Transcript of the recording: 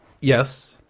Yes